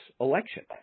election